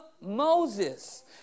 Moses